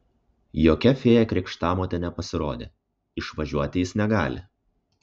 jokia fėja krikštamotė nepasirodė išvažiuoti jis negali